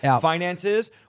finances